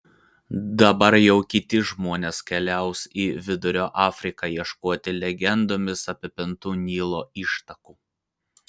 dabar jau kiti žmonės keliaus į vidurio afriką ieškoti legendomis apipintų nilo ištakų